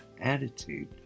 attitude